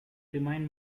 remind